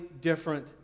different